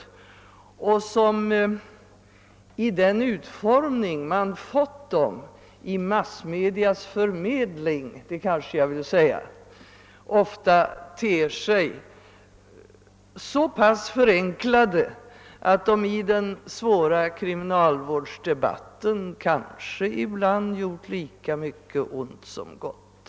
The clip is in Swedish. I den utformning vi fått dessa uttalanden — genom massmedias förmedling, vill jag tillägga — har de ofta tett sig så förenklade att de i den svåra kriminalvårdsde batten ibland kanske har gjort lika mycket ont som gott.